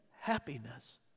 happiness